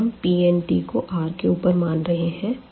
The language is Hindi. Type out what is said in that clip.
यहाँ हम Pn को R के ऊपर मान रहे हैं